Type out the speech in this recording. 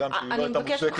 הגם שהיא לא הייתה מוצדקת.